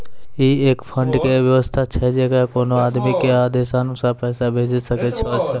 ई एक फंड के वयवस्था छै जैकरा कोनो आदमी के आदेशानुसार पैसा भेजै सकै छौ छै?